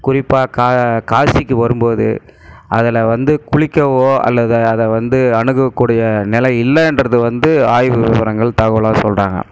குறிப்பாக கா காசிக்கு வரும் போது அதில் வந்து குளிக்கவோ அல்லது அதை வந்து அணுகக்கூடிய நிலை இல்லைன்றது வந்து ஆய்வு விவரங்கள் தகவலாக சொல்கிறாங்க